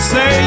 Say